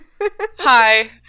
Hi